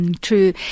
True